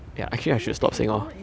six six six in 华文 is the like